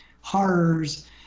horrors